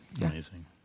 Amazing